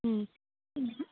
ഹമ് ഹമ്